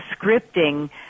scripting